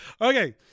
Okay